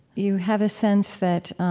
you have a sense that